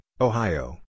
Ohio